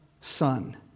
son